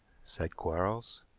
said quarles.